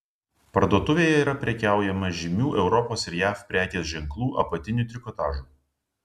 parduotuvėje yra prekiaujama žymių europos ir jav prekės ženklų apatiniu trikotažu